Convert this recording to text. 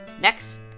next